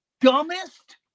dumbest